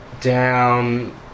down